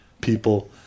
people